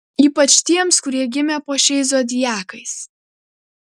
ypač tiems kurie gimė po šiais zodiakais